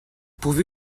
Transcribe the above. pourvu